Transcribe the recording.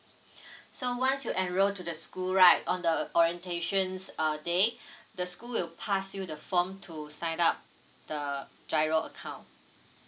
so once you enroll to the school right on the orientations uh day the school will pass you the form to sign up the giro account